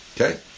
Okay